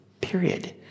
period